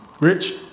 Rich